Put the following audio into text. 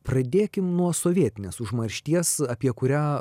pradėkim nuo sovietinės užmaršties apie kurią